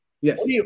yes